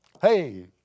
hey